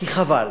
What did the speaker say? כי חבל